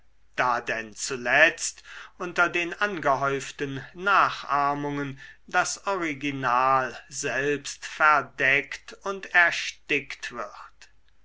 da denn zuletzt unter den angehäuften nachahmungen das original selbst verdeckt und erstickt wird